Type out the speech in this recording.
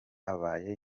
abaye